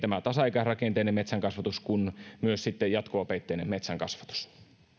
tasaikäisrakenteinen metsänkasvatus kuin myös sitten jatkuvapeitteinen metsänkasvatus seuraavaksi